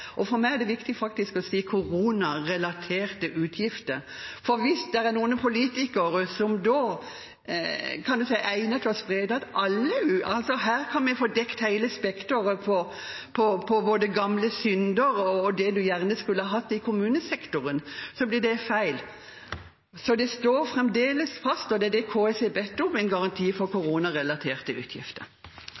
For meg er det viktig å si «koronarelaterte utgifter», for hvis det er noen politikere som tenker at her kan vi få dekket hele spekteret av både gamle synder og det man gjerne skulle hatt i kommunesektoren, blir det feil. Det står fremdeles fast, og det er det KS har bedt om – en garanti for koronarelaterte utgifter.